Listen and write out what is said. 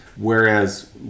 Whereas